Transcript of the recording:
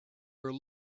were